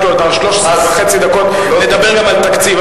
יש לו עוד 13 דקות וחצי לדבר גם על התקציב,